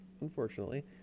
unfortunately